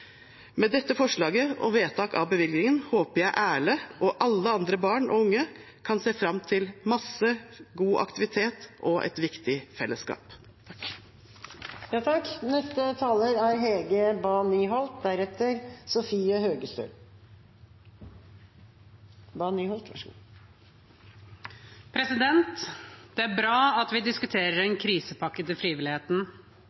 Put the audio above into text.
Med dette forslaget og vedtak til bevilgning håper jeg Erle og alle andre barn og unge kan se fram til masse god aktivitet og et viktig fellesskap.